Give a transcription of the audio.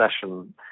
session